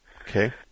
Okay